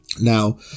Now